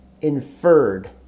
inferred